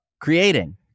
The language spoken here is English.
creating